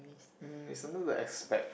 mm is under the expect